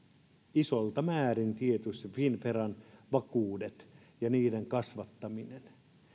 isolta määrin finnveran vakuudet ja niiden kasvattaminen